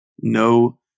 no